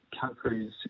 countries